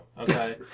Okay